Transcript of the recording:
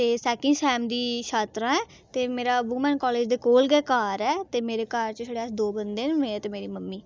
ते second sem दी छात्रा आं ते मेरा वुमैन कालेज कोल गै घर ऐ ते मेरे घर च छड़े अस दो बंदे न में ते मेरी मम्मी